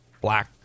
black